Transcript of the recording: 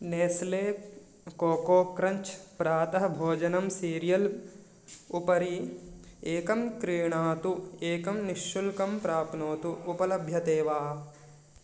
Nestle Koko Krunch प्रातः भोजनं cereal उपरि एकं क्रीणातु एकं निःशुल्कं प्राप्नोतु उपलभ्यते वा